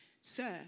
Sir